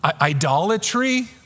Idolatry